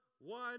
one